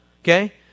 okay